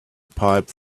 pipe